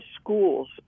schools